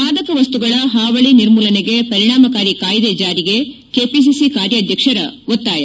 ಮಾದಕ ವಸ್ತುಗಳ ಹಾವಳಿ ನಿರ್ಮೂಲನೆಗೆ ಪರಿಣಾಮಕಾರಿ ಕಾಯ್ಲೆ ಜಾರಿಗೆ ಕೆಪಿಸಿಸಿ ಕಾರ್ಲಾಧ್ವಕ್ಷರ ಒತ್ತಾಯ